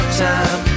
time